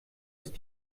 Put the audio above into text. ist